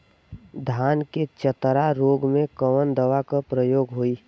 धान के चतरा रोग में कवन दवा के प्रयोग होई?